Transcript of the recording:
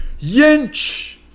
Yinch